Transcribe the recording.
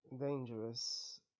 dangerous